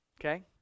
Okay